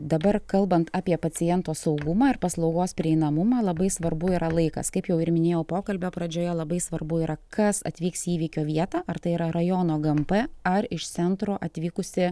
dabar kalbant apie paciento saugumą ir paslaugos prieinamumą labai svarbu yra laikas kaip jau ir minėjau pokalbio pradžioje labai svarbu yra kas atvyks į įvykio vietą ar tai yra rajono gmp ar iš centro atvykusi